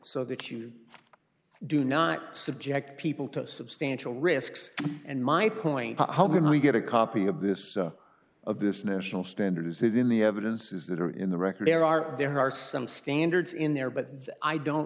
so that you do not subject people to substantial risks and my point how can we get a copy of this of this national standard is it in the evidence is that or in the record there are there are some standards in there but i don't